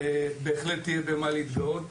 ובהחלט יהיה במה להתגאות.